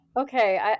Okay